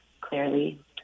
clearly